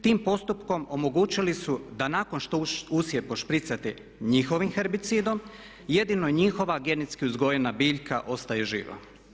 Tim postupkom omogućili su da nakon što usjev pošpricate njihovim herbicidom jedino njihova genetski uzgojena biljka ostaje živa.